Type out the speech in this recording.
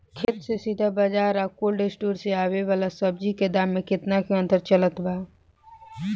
खेत से सीधा बाज़ार आ कोल्ड स्टोर से आवे वाला सब्जी के दाम में केतना के अंतर चलत बा?